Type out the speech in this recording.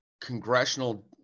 congressional